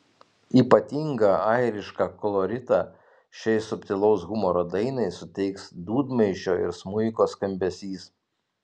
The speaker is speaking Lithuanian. ypatingą airišką koloritą šiai subtilaus humoro dainai suteiks dūdmaišio ir smuiko skambesys